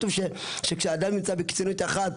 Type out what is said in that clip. שכשאדם נמצא בקיצוניות אחת,